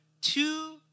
Two